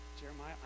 Jeremiah